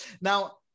Now